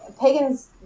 pagans